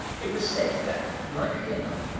it was said that, likely enough,